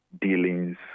dealings